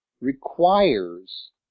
requires